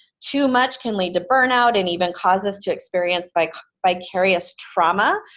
too much can lead to burnout and even cause us to experience like vicarious trauma,